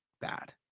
bad